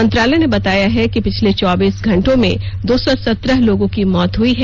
मंत्रालय ने बताया है कि पिछले चौबीस घंटों में दो सौ सत्रह लोगों की मौत हुई है